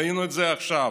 ראינו את זה עכשיו,